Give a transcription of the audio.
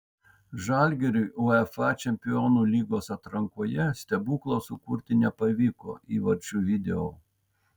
žalgiriui uefa čempionų lygos atrankoje stebuklo sukurti nepavyko įvarčių video